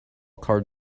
card